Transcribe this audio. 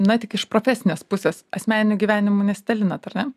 na tik iš profesinės pusės asmeniniu gyvenimu nesidalinat ar ne